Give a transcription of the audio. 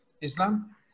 Islam